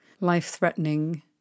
life-threatening